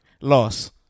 loss